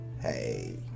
hey